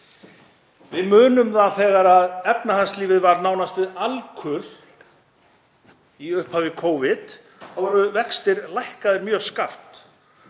Við munum það þegar efnahagslífið var nánast við alkul í upphafi Covid. Þá voru vextir lækkaðir mjög skarpt